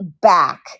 back